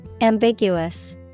Ambiguous